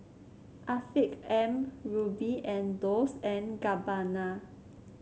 Afiq M Rubi and Dolce and Gabbana